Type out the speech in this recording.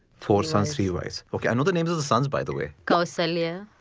four sons, three wives. ok. i know the names of the sons by the way. kausalya.